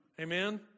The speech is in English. Amen